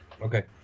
Okay